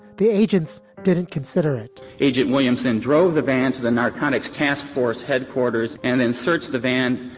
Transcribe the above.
the agents didn't consider it agent williamson drove the van to the narcotics task force headquarters and then searched the van.